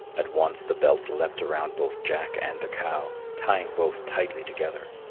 at once the belt leaped around both jack and the cow, tying both tightly together.